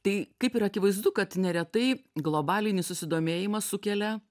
tai kaip ir akivaizdu kad neretai globalinį susidomėjimą sukelia